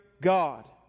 God